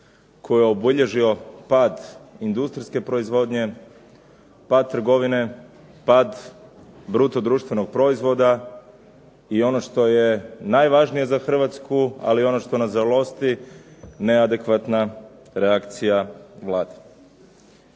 koju je obilježio pad industrijske proizvodnje, pad trgovine, pad bruto društvenog proizvoda, i ono što je najvažnije za Hrvatsku, ali ono što nas žalost neadekvatna reakcija Vlade.